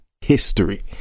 history